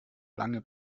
lange